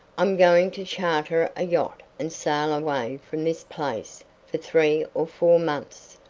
i'm going to charter a yacht and sail away from this place for three or four months.